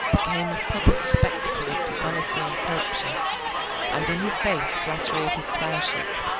became a public spectacle of dishonesty and corruption and in his base flattery of his sowship,